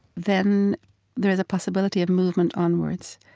then there is a possibility of movement onwards.